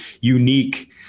unique